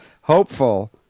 hopeful